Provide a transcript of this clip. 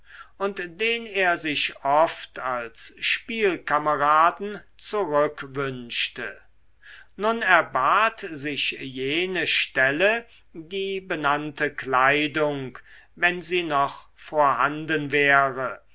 und den er sich oft als spielkameraden zurückwünschte nun erbat sich jene stelle die benannte kleidung wenn sie noch vorhanden wäre